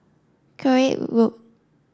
Koek Road